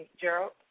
Gerald